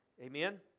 Amen